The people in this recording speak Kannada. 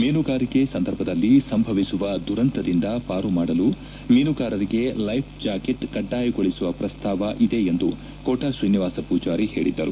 ಮೀನುಗಾರಿಕೆ ಸಂದರ್ಭದಲ್ಲಿ ಸಂಭವಿಸುವ ದುರಂತದಿಂದ ಪಾರುಮಾಡಲು ಮೀನುಗಾರರಿಗೆ ಲೈಫ್ ಜಾಕೆಟ್ ಕಡ್ಡಾಯಗೊಳಿಸುವ ಪ್ರಸ್ತಾವ ಇದೆ ಎಂದು ಕೋಟಾ ಶ್ರೀನಿವಾಸ ಪೂಜಾರಿ ಹೇಳಿದರು